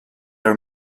are